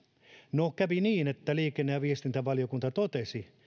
no kävi niin että liikenne ja viestintävaliokunta totesi